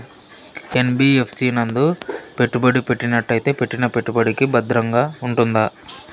NBFC నందు పెట్టుబడి పెట్టినట్టయితే పెట్టిన పెట్టుబడికి భద్రంగా ఉంటుందా?